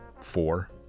four